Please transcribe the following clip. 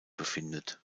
befindet